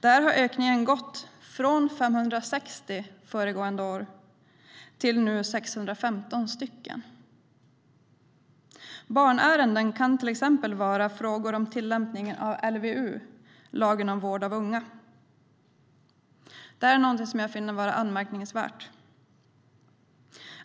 Där har det ökat från 560 föregående år till nu 615 stycken. Barnärenden kan till exempel vara frågor om tillämpningen av LVU, lagen om vård av unga. Det här är någonting som jag finner anmärkningsvärt.